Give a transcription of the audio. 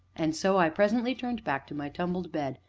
and so i presently turned back to my tumbled bed,